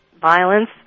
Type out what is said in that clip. violence